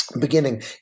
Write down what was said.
beginning